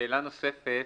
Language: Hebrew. שאלה נוספת,